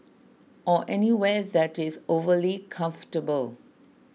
or anywhere that is overly comfortable